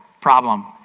problem